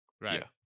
Right